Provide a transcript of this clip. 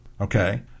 Okay